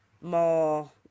more